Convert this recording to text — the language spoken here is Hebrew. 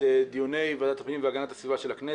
אני מתכבד לפתוח את דיוני ועדת הפנים והגנת הסביבה של הכנסת